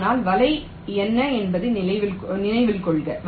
எனவே வலை என்ன என்பதை நினைவில் கொள்க